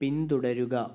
പിന്തുടരുക